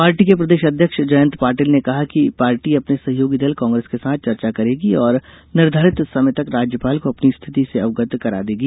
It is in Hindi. पार्टी के प्रदेश अध्यक्ष जयंत पाटिल ने कहा कि पार्टी अपने सहयोगी दल कांग्रेस के साथ चर्चा करेगी और निर्घारित समय तक राज्यपाल को अपनी स्थिति से अवगत करा देगी